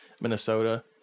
Minnesota—